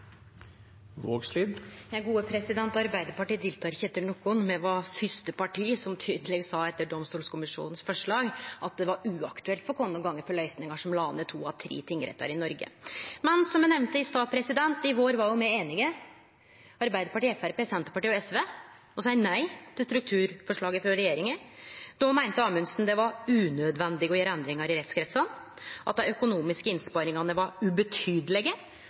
Arbeidarpartiet diltar ikkje etter nokon. Me var fyrste parti som etter domstolkommisjonens forslag tydeleg sa at det var uaktuelt for oss å gå for løysingar som la ned to av tre tingrettar i Noreg. Men som eg nemnde i stad: I vår var me jo einige, Arbeidarpartiet, Framstegspartiet, Senterpartiet og SV, om å seie nei til strukturforslaget frå regjeringa. Då meinte Amundsen det var unødvendig å gjere endringar i rettskretsane, at dei økonomiske innsparingane var ubetydelege.